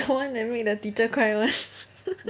the one that make the teacher cry [one]